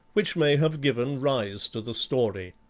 which may have given rise to the story.